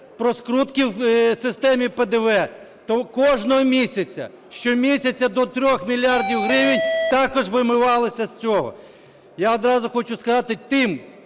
про скрутки в системі ПДВ, то кожного місяця, щомісяця до 3 мільярдів гривень також вимивалося з цього. Я одразу хочу сказати тим,